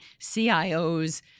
CIOs